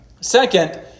Second